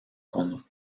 con